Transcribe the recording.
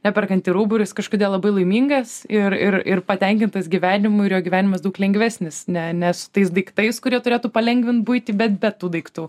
neperkantį rūbų ir jis kažkodėl labai laimingas ir ir ir patenkintas gyvenimu ir jo gyvenimas daug lengvesnis ne ne su tais daiktais kurie turėtų palengvint buitį bet be tų daiktų